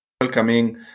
welcoming